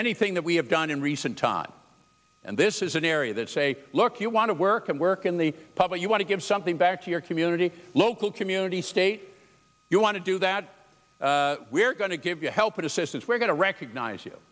anything that we have done in recent time and this is an area that say look you want to work and work in the public you want to give something back to your community local community state you want to do that we're going to give you help and assistance we're going to recognize you